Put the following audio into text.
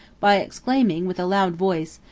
by exclaiming, with a loud voice,